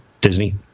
Disney